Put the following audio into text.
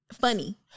Funny